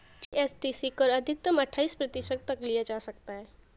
GST कर अधिकतम अठाइस प्रतिशत तक लिया जा सकता है